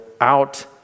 out